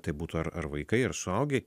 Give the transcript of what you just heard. tai būtų ar ar vaikai ar suaugę